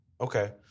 Okay